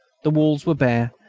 the walls were bare,